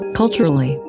culturally